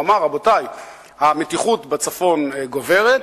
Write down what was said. הוא אמר: המתיחות בצפון גוברת,